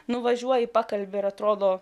nuvažiuoji pakalbi ir atrodo